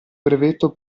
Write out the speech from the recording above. brevetto